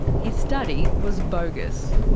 his study was bogus.